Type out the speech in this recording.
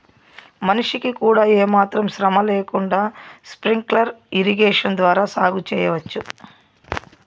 మనిషికి కూడా ఏమాత్రం శ్రమ లేకుండా స్ప్రింక్లర్ ఇరిగేషన్ ద్వారా సాగు చేయవచ్చు